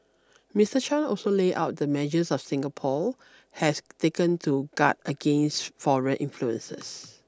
Mister Chan also laid out the measures of Singapore has taken to guard against foreign influences